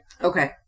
Okay